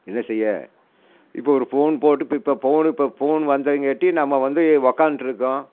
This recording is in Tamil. என்ன செய்ய இப்போ ஒரு ஃபோன் போட்டு பிப்ப ஃபோனு இப்போ ஃபோன் வந்ததுங்காட்டி நம்ம வந்து உட்காந்துகிட்டிருக்கிறோம்